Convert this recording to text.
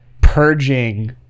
purging